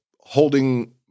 holding